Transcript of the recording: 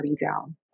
down